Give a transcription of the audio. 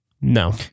No